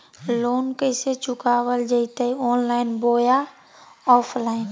Loan कैसे चुकाबल जयते ऑनलाइन बोया ऑफलाइन?